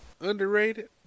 Underrated